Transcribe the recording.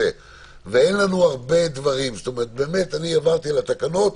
ואין לנו הרבה דברים עברתי על התקנות,